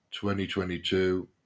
2022